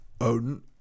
Odin